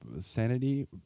sanity